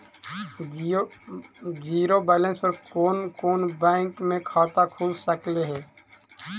Zero balance पर कोन कोन बैंक में खाता खुल सकले हे?